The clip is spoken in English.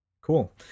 Cool